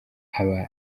aba